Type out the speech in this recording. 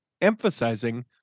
emphasizing